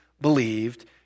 believed